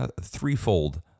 threefold